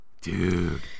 dude